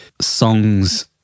songs